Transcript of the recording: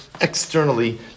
externally